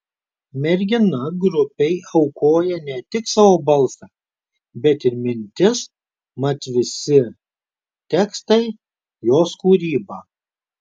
mergina grupei aukoja ne tik savo balsą bet ir mintis mat visi tekstai jos kūryba